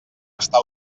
està